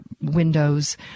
windows